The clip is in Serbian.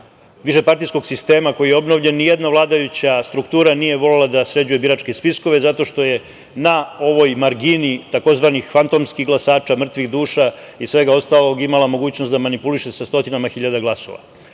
višepartijskog sistema koji je obnovljen nijedna vladajuća struktura nije volela da sređuje biračke spiskove zato što je na ovoj margini, tzv. fantomskih glasača, mrtvih duša i svega ostalog imala mogućnost da manipuliše sa stotinama hiljada glasova. Ja